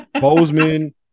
Bozeman